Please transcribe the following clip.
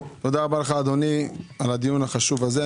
תודה רבה לך, אדוני, על הדיון החשוב הזה.